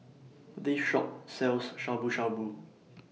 This Shop sells Shabu Shabu